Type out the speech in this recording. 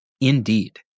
Indeed